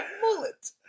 mullet